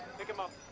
pick him up.